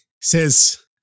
says